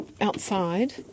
outside